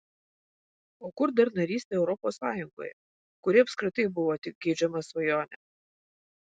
o kur dar narystė europos sąjungoje kuri apskritai buvo tik geidžiama svajonė